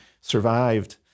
survived